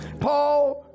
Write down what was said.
Paul